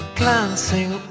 glancing